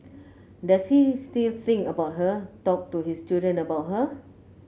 does he still think about her talk to his children about her